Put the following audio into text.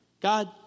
God